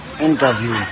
interview